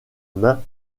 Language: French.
main